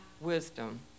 wisdom